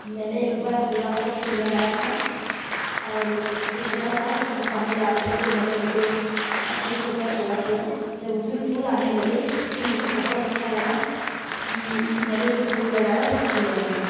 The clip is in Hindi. मैंने एक बार गुलाब का फूल लगाया था और वो छोटा था उसमें पानी डाल कर के मैंने उसे अच्छे से उसकी सेवा किया जब उसमें फूल आने लगे तो मुझे बहुत अच्छा लगा कि मैंने जो फूल लगाया वो खिल रहें हैं